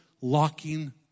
locking